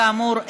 כאמור,